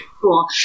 Cool